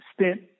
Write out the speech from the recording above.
spent